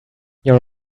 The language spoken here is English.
your